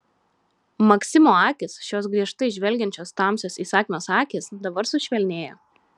maksimo akys šios griežtai žvelgiančios tamsios įsakmios akys dabar sušvelnėjo